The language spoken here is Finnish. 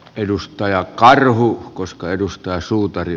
edustajaa karhun koska edustaa suutari